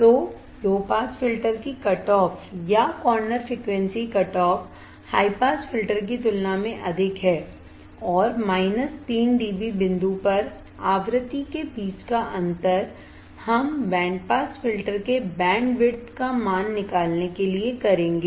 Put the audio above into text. तो low pass filter की cutoff या corner frequency cutoff high pass filter की तुलना में अधिक है और माइनस 3 dB बिंदु पर आवृत्ति के बीच का अंतर हम बैंड पास फिल्टर के बैंड विड्थ का मान निकालेंगे